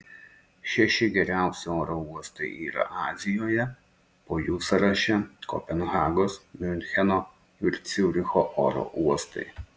šeši geriausi oro uostai yra azijoje po jų sąraše kopenhagos miuncheno ir ciuricho oro uostai